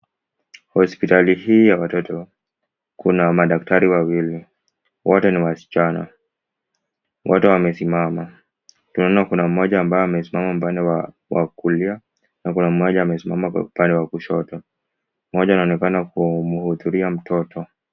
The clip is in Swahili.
Hospitali hii ya watoto kuna madaktari wawili. Wote ni wasichana. Wote wamesimama. Tunaona kuna moja ambaye amesimama upande wa kulia na moja amesimama upande wa kushoto. Wote wanaonekana kumhudumia mtoto.